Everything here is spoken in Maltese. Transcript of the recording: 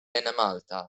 enemalta